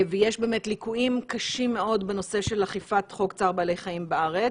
יש באמת ליקויים קשים מאוד בנושא של אכיפת חוק צער בעלי חיים בארץ.